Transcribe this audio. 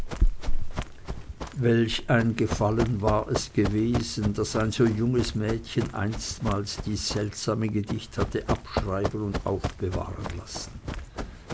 welch ein gefallen war es gewesen das ein so junges mädchen einstmals dies seltsame gedicht hatte abschreiben und aufbewahren lassen